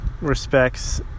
respects